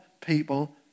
people